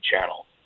channel